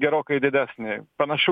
gerokai didesnį panašu